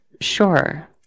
Sure